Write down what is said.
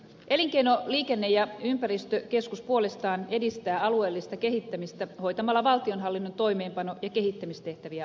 elinkeino liikenne ja ympäristökeskus puolestaan edistää alueellista kehittämistä hoitamalla valtionhallinnon toimeenpano ja kehittämistehtäviä alueilla